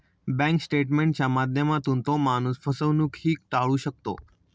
bank स्टेटमेंटच्या माध्यमातून तो माणूस फसवणूकही टाळू शकतो